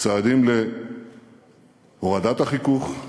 צעדים להורדת החיכוך,